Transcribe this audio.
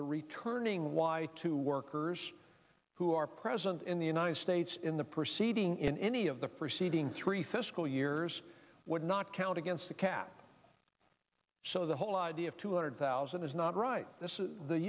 the returning why two workers who are present in the united states in the proceeding in any of the proceeding three fiscal years would not count against the cap so the whole idea of two hundred thousand is not right this is the